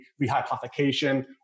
rehypothecation